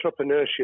entrepreneurship